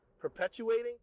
Perpetuating